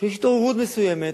כשיש התעוררות מסוימת.